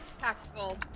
tactical